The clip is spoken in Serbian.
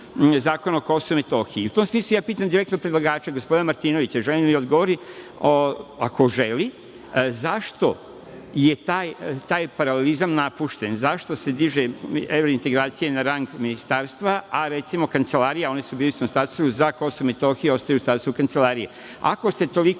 zakona o Kosovu i Metohiji.U tom smislu, ja pitam direktno predlagača gospodina Martinovića, želim da mi odgovori, ako želi, zašto je taj paralelizam napušten? Zašto se dižu evrointegracije na rang ministarstva, a recimo, Kancelarija, a oni su bili u istom statusu, za Kosovo i Metohiju ostaje u sastavu Kancelarije. Ako ste toliko